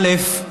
א.